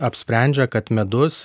apsprendžia kad medus